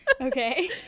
Okay